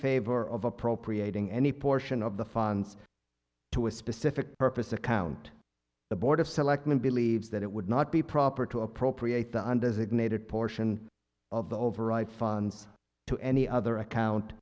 favor of appropriating any portion of the funds to a specific purpose account the board of selectmen believes that it would not be proper to appropriate the undesignated portion of the overripe funds to any other account